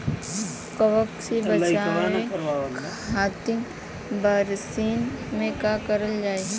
कवक से बचावे खातिन बरसीन मे का करल जाई?